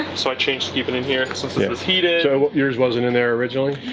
so i changed even in here, since heated, so yours wasn't in there originally?